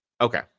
Okay